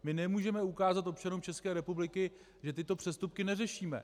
My nemůžeme ukázat občanům České republiky, že tyto přestupky neřešíme.